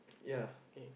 yeah